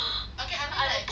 I'm appalled